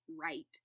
right